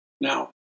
Now